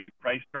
price